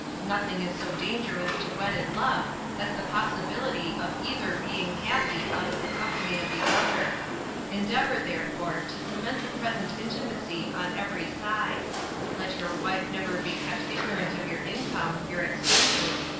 nothing is so dangerous to wedded love as the possibility of either being happy out of the company of the other endeavor therefore, to cement the present intimacy on every side let your wife never be kept ignorant of your income, your expenses,